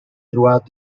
throughout